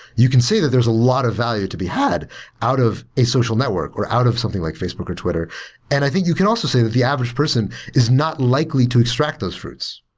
you can say that there's a lot of value to be had out of the social network or out of something like facebook or twitter and i think you can also say that the average person is not likely to extract those fruits.